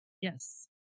Yes